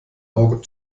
auge